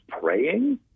praying